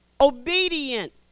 Obedient